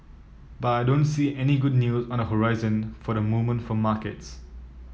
but I don't see any good news on the horizon for the moment for markets